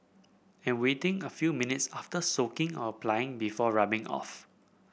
and waiting a few minutes after soaking or applying before rubbing off